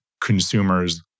consumers